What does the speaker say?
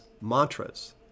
mantras